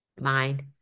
Mind